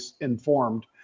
informed